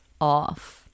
off